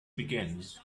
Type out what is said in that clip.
begins